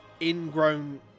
ingrown